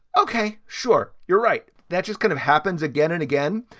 ok, sure, you're right. that just kind of happens again and again.